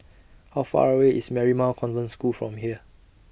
How Far away IS Marymount Convent School from here